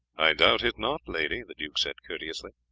i doubt it not, lady, the duke said courteously.